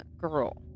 girl